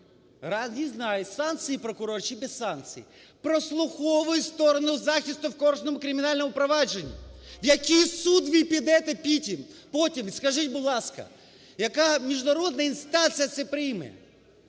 – не знаю, з санкції прокурора чи без санкції – прослуховує сторони захисту у кожному кримінальному провадженні. В який суд ви підете потім? Скажіть, будь ласка, яка міжнародна інстанція це прийме?